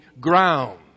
ground